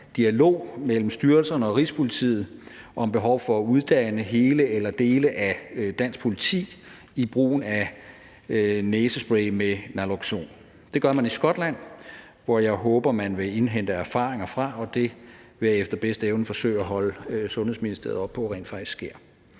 dialog mellem styrelserne og Rigspolitiet om behovet for at uddanne hele eller dele af dansk politi i brugen af næsespray med naloxon. Det gør man i Skotland, hvor jeg håber man vil indhente erfaringer fra, og det vil jeg efter bedste evne forsøge at holde Sundhedsministeriet op på rent faktisk sker.